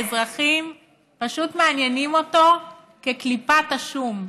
האזרחים פשוט מעניינים אותו כקליפת השום,